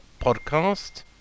podcast